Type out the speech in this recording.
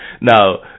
Now